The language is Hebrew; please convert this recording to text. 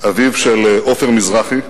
אביו של עופר מזרחי.